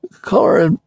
car